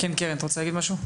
קרן, את רוצה להגיד משהו?